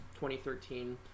2013